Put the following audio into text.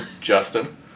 Justin